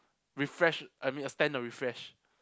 refresh I mean extend the refresh